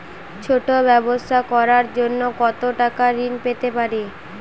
ছোট ব্যাবসা করার জন্য কতো টাকা ঋন পেতে পারি?